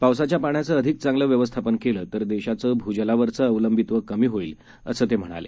पावसाच्या पाण्याचं अधिक चांगलं व्यवस्थापन केलं तर देशाचं भूजलावरचं अवलंबित्व कमी होईल असं ते म्हणाले